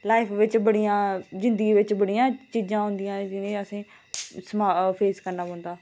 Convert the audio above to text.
life बिच बड़िया जंदिगी च बड़िया चीजा ओदियां जिनें गी असें फेस करना पोंदा